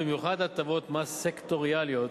במיוחד הטבות מס סקטוריאליות,